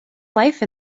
life